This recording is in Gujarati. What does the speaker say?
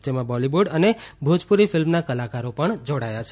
જેમાં બોલીવૂડ અને ભોજપૂરી ફિલ્મના કલાકારો પણ જોડાયા છે